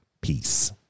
Peace